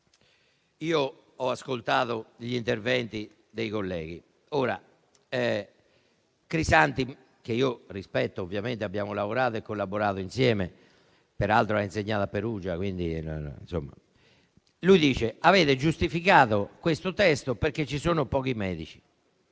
Ho ascoltato gli interventi dei colleghi. Crisanti, che io ovviamente rispetto, perché abbiamo lavorato e collaborato insieme - peraltro ha insegnato a Perugia - dice che abbiamo giustificato questo testo perché ci sono pochi medici.